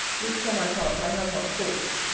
which for my part i have not forced,